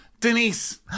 Denise